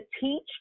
teach